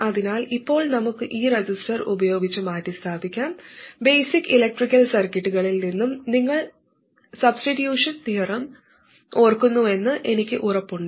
അതിനാൽ ഇപ്പോൾ നമുക്ക് ഈ റെസിസ്റ്റർ ഉപയോഗിച്ച് മാറ്റിസ്ഥാപിക്കാം ബേസിക് ഇലക്ട്രിക്കൽ സർക്യൂട്ടുകളിൽ നിന്നുo നിങ്ങൾ സബ്സ്റ്റിട്യൂഷൻ തിയറം ഓർക്കുന്നുവെന്ന് എനിക്ക് ഉറപ്പുണ്ട്